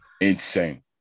Insane